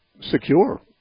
secure